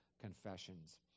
confessions